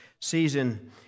season